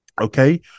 okay